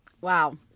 Wow